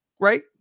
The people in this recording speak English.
right